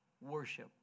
worship